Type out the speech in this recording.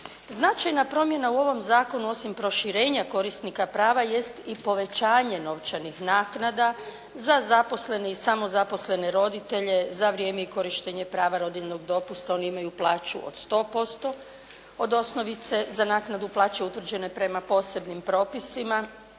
Značajna promjena u ovom zakonu osim proširenja korisnika prava jest i povećanje novčanih naknada za zaposlene i samozaposlene roditelje za vrijeme i korištenje prava rodiljnog dopusta oni imaju plaću od 100% od osnovice. Za naknadu plaće utvrđene prema posebnim propisima